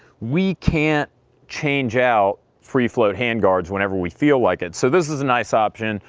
we can't change out free float handguards whenever we feel like it. so this is a nice option.